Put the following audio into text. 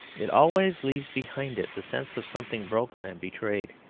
it always leaves behind it the sense of something broken and betrayed.